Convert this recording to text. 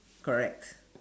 correct